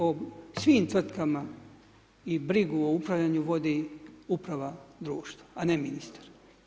O svim tvrtkama i brigu o upravljanju, vodi uprava društva, a ne ministar.